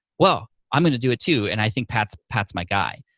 well, i'm gonna do it too, and i think pat's pat's my guy.